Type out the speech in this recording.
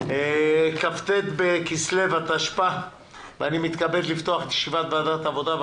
כ"ט בכסלו התשפ"א ואני מתכבד לפתוח את ישיבת ועדת העבודה,